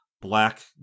black